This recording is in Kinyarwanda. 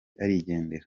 arigendera